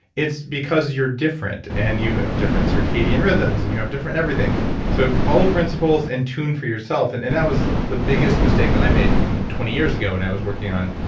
it's because you're different and you have different circadian rhythms, and you have different everything so follow principles in tune for yourself. and and that was the biggest mistake that i made you know twenty years ago when i was working on.